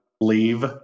leave